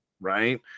right